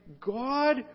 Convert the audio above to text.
God